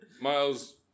Miles